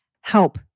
help